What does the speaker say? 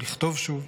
לכתוב שוב.